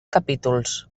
capítols